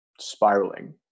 spiraling